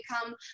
become